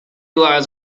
lies